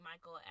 Michael